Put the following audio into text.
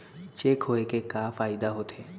Cheque होए के का फाइदा होथे?